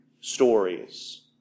stories